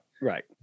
Right